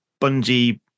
Bungie